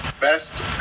Best